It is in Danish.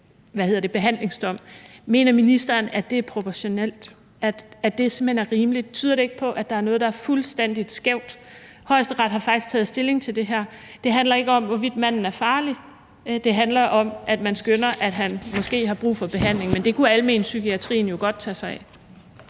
– forlænget sin behandlingsdom. Mener ministeren, at det er proportionelt, altså at det simpelt hen er rimeligt? Tyder det ikke på, at der er noget, der er fuldstændig skævt? Højesteret har faktisk taget stilling til det her. Det handler ikke om, hvorvidt manden er farlig, det handler om, at man skønner, at han måske har brug for behandling, men det kunne almenpsykiatrien jo godt tage sig af.